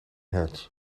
hertz